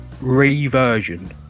Reversion